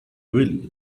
really